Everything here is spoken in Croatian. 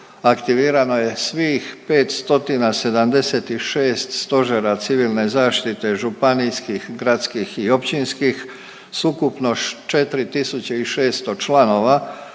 aktivirano je svih 5 stotina 76 stožera Civilne zaštite županijskih, gradskih i općinskih sa ukupno 4600 članova